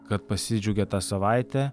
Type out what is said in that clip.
kad pasidžiaugė tą savaitę